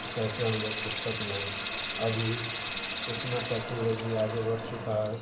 कि कैसे हम लोग पुस्तक लें अभी इतनी टेक्नोलॉजी आगे बढ़ चुकी है